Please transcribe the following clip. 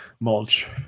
Mulch